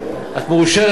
את מאושרת מזה.